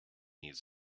needs